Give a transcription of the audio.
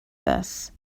this